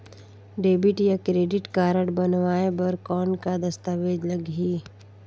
Debit या credit card बनवाय बर कौन का दस्तावेज लगही?